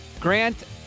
Grant